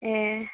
ए